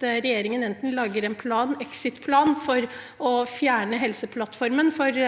regjeringen enten lager en exit-plan for å fjerne Helseplattformen – for vi